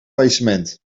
faillissement